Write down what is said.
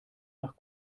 nach